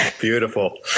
Beautiful